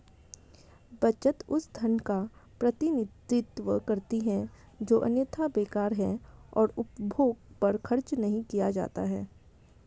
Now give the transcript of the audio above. बचत उस धन का प्रतिनिधित्व करती है जो अन्यथा बेकार है और उपभोग पर खर्च नहीं किया जाता है